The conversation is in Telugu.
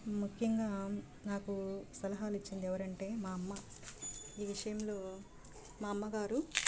ముఖ్యంగా నాకు సలహా ఇచ్చింది ఎవరంటే మా అమ్మ ఈ విషయంలో మా అమ్మగారు